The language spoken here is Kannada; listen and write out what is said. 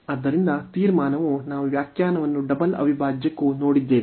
ಆದ್ದರಿಂದ ತೀರ್ಮಾನವು ನಾವು ವ್ಯಾಖ್ಯಾನವನ್ನು ಡಬಲ್ ಅವಿಭಾಜ್ಯಕ್ಕೂ ನೋಡಿದ್ದೇವೆ